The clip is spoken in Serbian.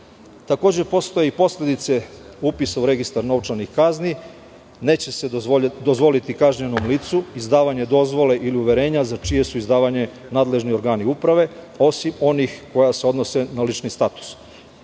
postoji posledice upisa u registar novčanih kazni, neće se dozvoliti kažnjenom licu izdavanje dozvole ili uverenja za čije su izdavanje nadležni organi uprave osim onih koja se odnose na lični status.